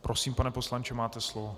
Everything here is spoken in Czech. Prosím, pane poslanče, máte slovo.